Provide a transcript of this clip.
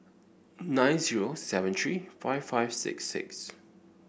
nine zero seven three five five six six